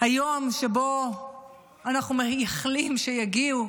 היום שבו אנחנו מייחלים שיגיעו,